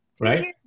Right